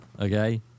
Okay